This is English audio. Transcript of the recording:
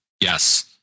yes